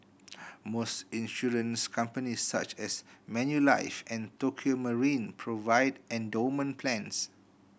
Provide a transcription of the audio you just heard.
most insurance companies such as Manulife and Tokio Marine provide endowment plans